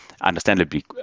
Understandably